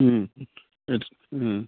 ও